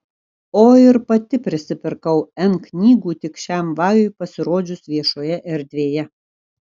o ir pati prisipirkau n knygų tik šiam vajui pasirodžius viešoje erdvėje